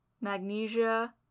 Magnesia